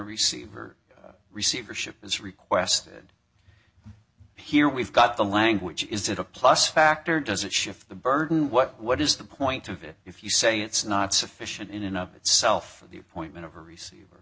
receiver receivership is requested here we've got the language is it a plus factor does it shift the burden what what is the point of it if you say it's not sufficient in and of itself or the appointment of a receiver